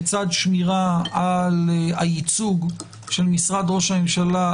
בצד שמירה על הייצוג של משרד ראש הממשלה,